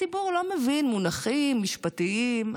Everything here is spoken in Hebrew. הציבור לא מבין מונחים משפטיים.